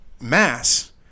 mass